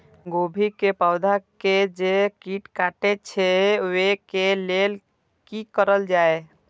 गोभी के पौधा के जे कीट कटे छे वे के लेल की करल जाय?